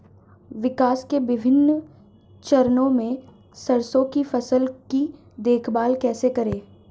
विकास के विभिन्न चरणों में सरसों की फसल की देखभाल कैसे करें?